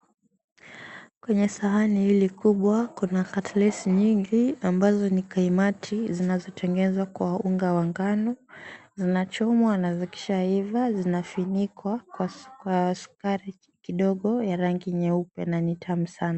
Kwenye sahani hili kubwa kuna katlesi nyingi, ambazo ni kaimati zinazotengenezwa kwa unga wa ngano. Zinachomwa na zikishaiva zinafunikwa kwa sukari kidogo ya rangi nyeupe na ni tamu sana.